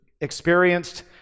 experienced